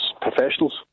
professionals